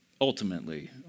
ultimately